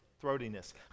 throatiness